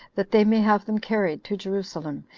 that they may have them carried to jerusalem,